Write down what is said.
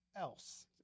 else